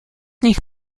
nich